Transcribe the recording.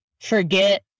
forget